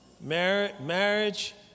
Marriage